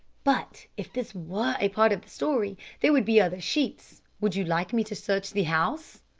but if this were a part of the story, there would be other sheets. would you like me to search the house?